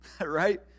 right